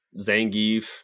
Zangief